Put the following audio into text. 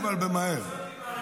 תענה, אבל תענה מהר.